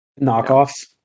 knockoffs